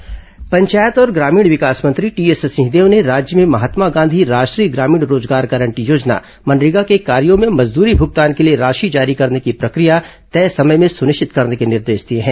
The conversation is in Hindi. सिंहदेव मनरेगा पंचायत और ग्रामीण विकास मंत्री टीएस सिंहदेव ने राज्य में महात्मा गांधी राष्ट्रीय ग्रामीण रोजगार गारंटी योजना मनरेगा के कार्यों में मजदूरी भूगतान के लिए राशि जारी करने की प्रक्रिया तय समय में सुनिश्चित करने के निर्देश दिए हैं